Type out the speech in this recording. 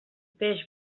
peix